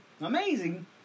amazing